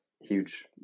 huge